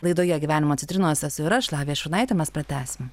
laidoje gyvenimo citrinos esu ir aš lavija šurnaitė mes pratęsime